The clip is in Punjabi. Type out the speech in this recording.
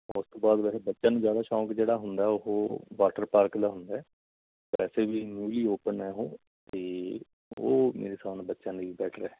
ਉਸ ਤੋਂ ਬਾਅਦ ਵੈਸੇ ਬੱਚਿਆਂ ਨੂੰ ਜ਼ਿਆਦਾ ਸ਼ੌਂਕ ਜਿਹੜਾ ਹੁੰਦਾ ਉਹ ਵਾਟਰ ਪਾਰਕ ਦਾ ਹੁੰਦਾ ਵੈਸੇ ਵੀ ਨਿਊਲੀ ਓਪਨ ਹੈ ਉਹ ਅਤੇ ਉਹ ਮੇਰੇ ਹਿਸਾਬ ਨਾਲ ਬੱਚਿਆਂ ਲਈ ਬੈਟਰ ਹੈ